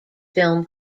film